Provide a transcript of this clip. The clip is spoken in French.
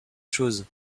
chose